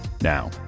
Now